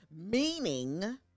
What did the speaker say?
meaning